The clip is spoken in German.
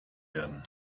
werden